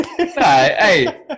Hey